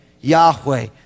Yahweh